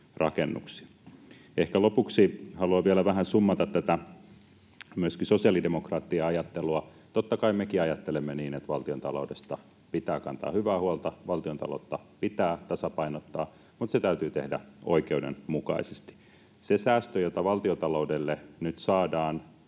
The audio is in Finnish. rakennuksia. Ehkä lopuksi haluan vielä vähän summata myöskin sosiaalidemokraattien ajattelua. Totta kai mekin ajattelemme niin, että valtiontaloudesta pitää kantaa hyvää huolta, valtiontaloutta pitää tasapainottaa, mutta se täytyy tehdä oikeudenmukaisesti. Se säästö, jota valtiontaloudelle nyt saadaan,